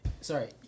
sorry